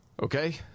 Okay